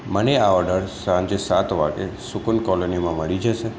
મને આ ઓર્ડર સાંજે સાત વાગે સુકૂન કૉલોનીમાં મળી જશે